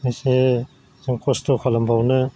बेसे जों खस्थ' खालामबावनो